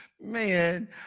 man